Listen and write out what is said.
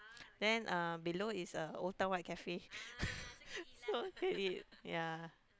then uh below is uh Old-Town-White-Cafe so can eat ya